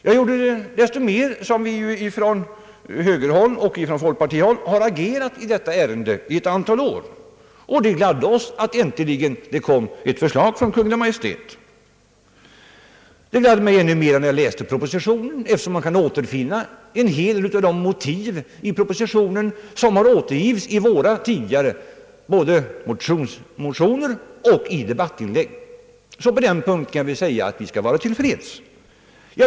Jag gjorde det desto mer som vi ju från högerhåll och folkpartihåll har agerat i detta ärende ett antal år, och det gladde oss att det äntligen kom ett förslag från Kungl. Maj:t. Jag gladde mig när jag läste pro positionen, eftersom jag där kunde återfinna en hel del av de motiv som återgivits i våra tidigare motioner och i debattinlägg. På den punkten kan alltså sägas att vi kan vara till freds.